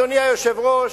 אדוני היושב-ראש,